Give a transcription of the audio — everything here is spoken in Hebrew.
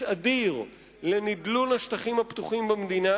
אדיר לנדלו"ן השטחים הפתוחים במדינה,